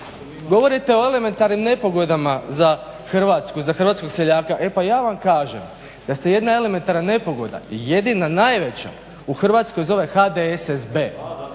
Govorite o elementarnim nepogodama za Hrvatsku, za hrvatskog seljaka, e pa ja vam kažem da se jedna elementarna nepogoda jedina najveća u Hrvatskoj zove HDSSB.